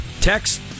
text